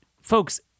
Folks